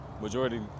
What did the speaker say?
majority